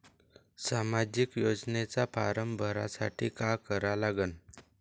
सामाजिक योजनेचा फारम भरासाठी का करा लागन?